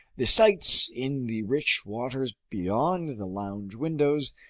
the sights in the rich waters beyond the lounge windows,